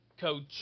Coach